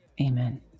Amen